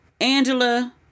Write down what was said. Angela